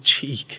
cheek